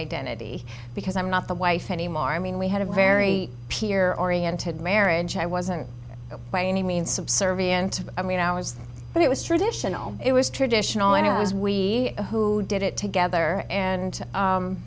identity because i'm not the wife anymore i mean we had a very peer oriented marriage i wasn't by any means subservient to i mean i was but it was traditional it was tradition when i was we who did it together and